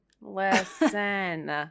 listen